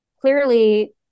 clearly